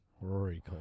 Rory